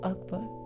Akbar